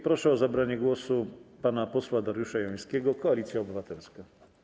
Proszę o zabranie głosu pana posła Dariusza Jońskiego, Koalicja Obywatelska.